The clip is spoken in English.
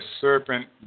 serpent